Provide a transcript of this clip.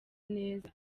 neza